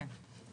כן.